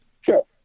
Sure